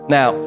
Now